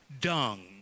dung